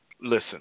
listen